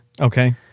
Okay